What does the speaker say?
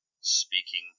speaking